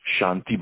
shanti